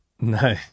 No